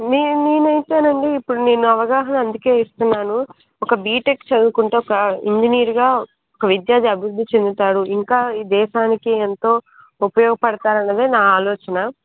నేను నేనైతే అండి ఇప్పుడు అవగాహన అందుకే ఇస్తున్నాను ఒక బీటెక్ చదువుకుంటే ఒక ఇంజనీర్గా ఒక విద్యార్ధి అభివృద్ధి చెందుతాడు ఇంకా ఈ దేశానికి ఎంతో ఉపయోగపడతాడు అనేదే నా ఆలోచన